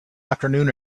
afternoon